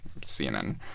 CNN